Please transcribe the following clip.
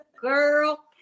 Girl